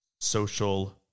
social